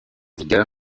vigueur